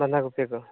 ᱵᱟᱸᱫᱷᱟ ᱠᱚᱯᱤ ᱠᱚ